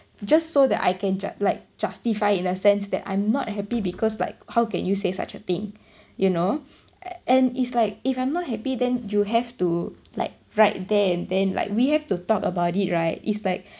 just so that I can jus~ like justify in a sense that I'm not happy because like how can you say such a thing you know and it's like if I'm not happy then you have to like write there and then like we have to talk about it right it's like